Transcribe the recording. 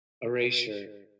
erasure